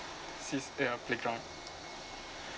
sis~ uh playground